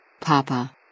Papa